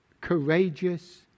courageous